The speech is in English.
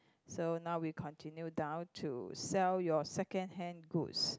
so now we continue down to sell your secondhand goods